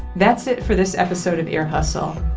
that's it for this episode of ear hustle.